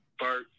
Bart